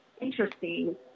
interesting